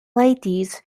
ladies